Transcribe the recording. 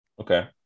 Okay